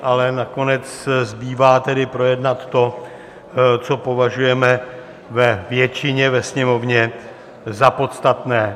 Ale nakonec zbývá tedy projednat to, co považujeme ve většině ve Sněmovně za podstatné.